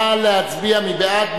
נא להצביע, מי בעד?